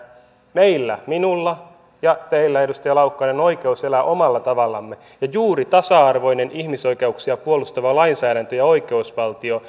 meillä minulla ja teillä edustaja laukkanen on oikeus elää omalla tavallamme juuri tasa arvoinen ihmisoikeuksia puolustava lainsäädäntö ja oikeusvaltio